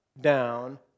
down